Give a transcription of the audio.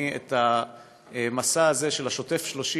אני, את המסע הזה של "שוטף פלוס 30"